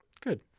Good